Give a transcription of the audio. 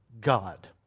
god